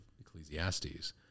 Ecclesiastes